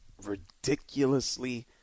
ridiculously